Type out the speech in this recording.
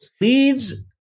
leads